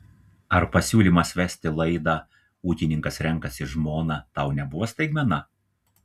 ar pasiūlymas vesti laidą ūkininkas renkasi žmoną tau nebuvo staigmena